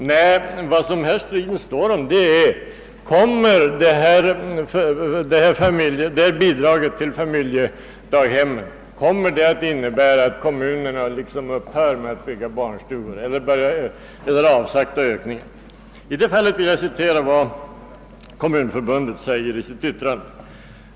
Nej, vad striden här står om är: Kommer detta bidrag till familjedaghemmen att innebära att kommunerna upphör med" att bygga barnstugor eller att det blir en avsaktande ökning? Härvidlag vill jag citera vad Svenska kommunförbundet skriver i sitt remissyttrande.